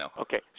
Okay